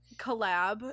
collab